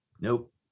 nope